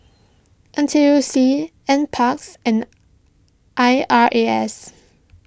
N T U C NParks and I R A S